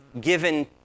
given